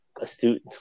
astute